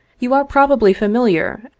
you are probably familiar,